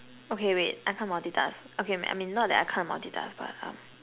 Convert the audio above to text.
okay wait I can't multitask okay I mean not that I can't multitask but um